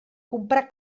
comprar